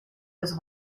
was